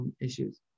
issues